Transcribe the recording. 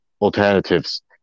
alternatives